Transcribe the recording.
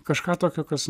kažką tokio kas